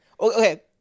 Okay